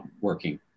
working